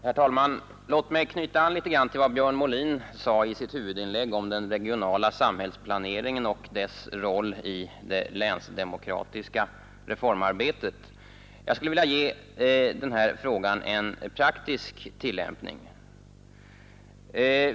Herr talman! Låt mig knyta an något till vad Björn Molin i sitt huvudinlägg sade om den regionala samhällsplaneringen och dess roll i det länsdemokratiska reformarbetet. Jag skulle vilja ge den här frågan en praktisk tillämpning.